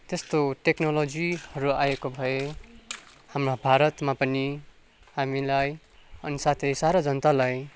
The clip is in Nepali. त्यस्तो टेक्नोलोजीहरू आएको भए हाम्रो भारतमा पनि हामीलाई अनि साथै सारा जनतालाई